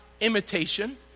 imitation